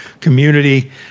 community